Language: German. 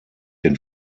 den